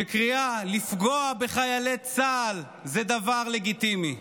שקריאה לפגוע בחיילי צה"ל זה דבר לגיטימי,